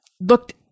looked